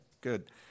good